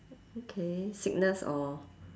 okay sickness or